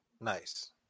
nice